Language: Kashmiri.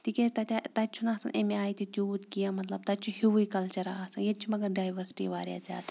تِکیٛازِ تَتہِ تَتہِ چھُنہٕ آسان امہِ آے تہِ تیوٗت کینٛہہ مطلب تَتہِ چھُ ہیُوُے کَلچَرا آسان ییٚتہِ چھِ مگر ڈایؤرسٹی واریاہ زیادٕ